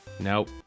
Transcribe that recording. Nope